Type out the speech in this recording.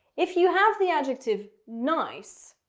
if you have the adjective nice,